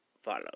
follow